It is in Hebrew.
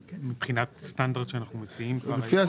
מבחינת הסטנדרט שאנחנו מציעים כאן היום?